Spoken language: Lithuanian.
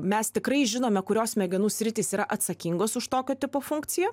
mes tikrai žinome kurios smegenų sritys yra atsakingos už tokio tipo funkciją